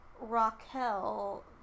Raquel